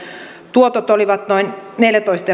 tuotot olivat noin neljätoista